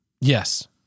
Yes